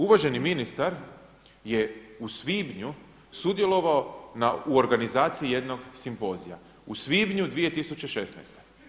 Uvaženi ministar je u svibnju sudjelovao u organizaciji jednog simpozija u svibnju 2016.